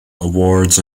awards